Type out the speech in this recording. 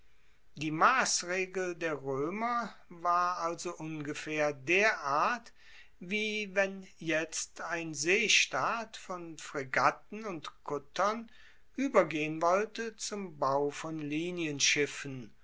die massregel der roemer war also ungefaehr derart wie wenn jetzt ein seestaat von fregatten und kuttern uebergehen wollte zum bau von